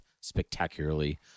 spectacularly